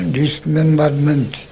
dismemberment